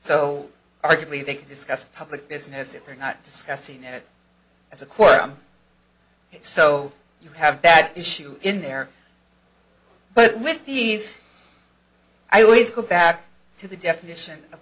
so arguably they can discuss public business if you're not discussing it as a quorum so you have that issue in there but with these i always go back to the definition of